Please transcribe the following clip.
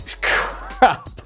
Crap